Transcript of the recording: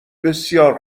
بسیار